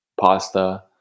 pasta